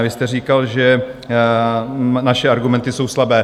Vy jste říkal, že naše argumenty jsou slabé.